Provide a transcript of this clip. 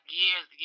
years